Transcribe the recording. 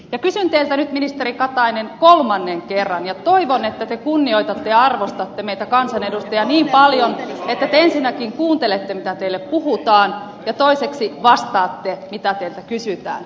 kysyn teiltä nyt ministeri katainen kolmannen kerran ja toivon että te kunnioitatte ja arvostatte meitä kansanedustajia niin paljon että te ensinnäkin kuuntelette mitä teille puhutaan ja toiseksi vastaatte siihen mitä teiltä kysytään kysyn teiltä